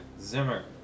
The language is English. Zimmer